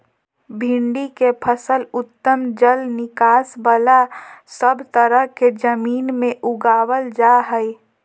भिंडी के फसल उत्तम जल निकास बला सब तरह के जमीन में उगावल जा हई